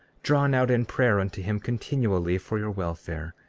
drawn out in prayer unto him continually for your welfare,